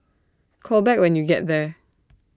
call back when you get there